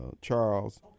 Charles